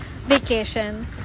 vacation